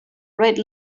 red